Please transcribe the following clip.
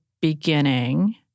beginning